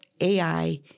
AI